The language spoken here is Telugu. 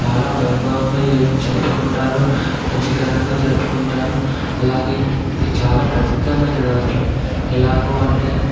చాలా వైభవంగా జ జరుపుకుంటారు మంచి ఘనంగా జరుపుకుంటారు అలాగే ఇది చాలా ప్రత్యేకమైనది వదలు ఎలాగు అంటే